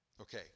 Okay